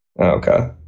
okay